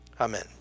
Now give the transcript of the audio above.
Amen